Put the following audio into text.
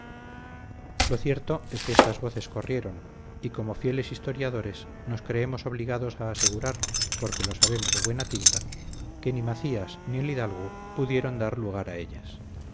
lo cierto es que esas voces corrieron y como fieles historiadores nos creemos obligados a asegurar porque lo sabemos de buena tinta que ni macías ni el hidalgo pudieron dar lugar a ellas